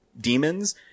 demons